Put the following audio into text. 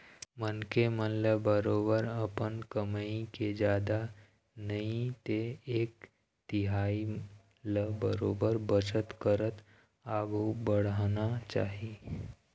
मनखे मन ल बरोबर अपन कमई के जादा नई ते एक तिहाई ल बरोबर बचत करत आघु बढ़ना चाही